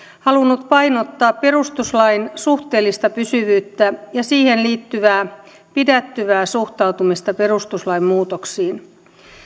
halunnut painottaa perustuslain suhteellista pysyvyyttä ja siihen liittyvää pidättyvää suhtautumista perustuslain muutoksiin